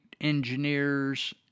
engineers